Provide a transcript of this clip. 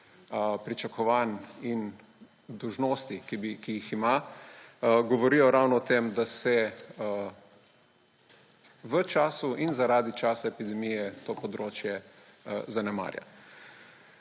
pričakovanj in dolžnosti, ki jih ima, govorijo ravno o tem, da se v času in zaradi časa epidemije to področje zanemarja.